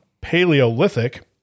Paleolithic